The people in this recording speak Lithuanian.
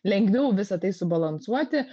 lengviau visa tai subalansuoti